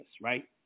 right